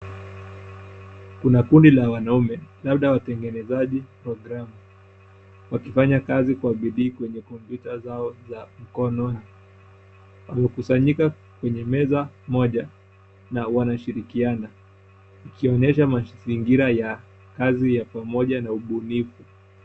Kuna kundi la wanaume, labda watengenezaji programu wakifanya kazi kwa bidii kwenye kompyuta zao za mkononi. Wamekusanyika kwenye meza moja na wanashirikiana kuonyesha mazingira ya kazi ya umoja na ubunifu.